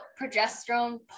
progesterone